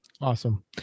Awesome